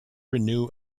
renew